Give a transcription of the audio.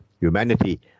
humanity